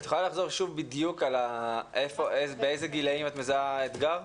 את יכולה לחזור שוב בדיוק באיזה גילאים את מזהה אתגר?